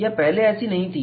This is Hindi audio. यह पहले ऐसी नहीं थी